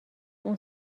اون